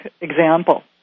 example